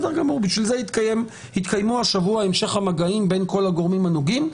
בשביל זה יתקיימו השבוע המשך המגעים בין כל הגורמים הנוגעים בדבר,